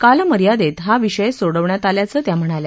कालमर्यादेत हा विषय सोडवण्यात आल्याचं त्या म्हणाल्या